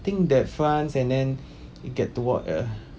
think that france and then you get to walk the